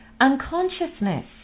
Unconsciousness